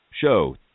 show